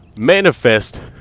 manifest